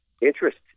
interest